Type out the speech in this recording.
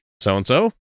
so-and-so